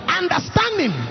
understanding